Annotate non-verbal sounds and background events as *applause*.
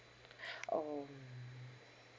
*breath* um